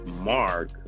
mark